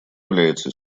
является